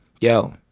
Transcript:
Yo